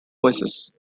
voices